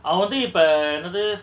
அவவந்து இப்ப என்னது:avavanthu ippa ennathu